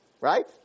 right